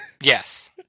Yes